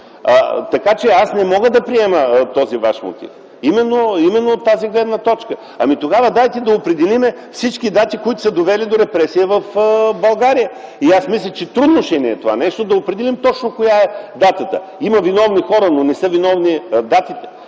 Аз не мога да приема този Ваш мотив именно от тази гледна точка. Ами тогава дайте да определим всички дати, които да довели до репресия в България. Аз мисля, че ще ни бъде трудно да определим точно коя е датата. Има виновни хора, но не са виновни датите.